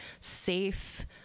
safe